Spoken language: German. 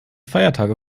feiertage